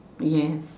yes